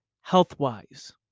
health-wise